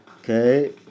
okay